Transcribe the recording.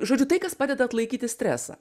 žodžiu tai kas padeda atlaikyti stresą